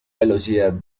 velocidad